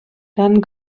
dann